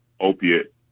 opiate